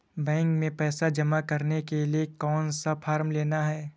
Bank में पैसा जमा करने के लिए कौन सा फॉर्म लेना है?